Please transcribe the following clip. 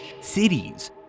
cities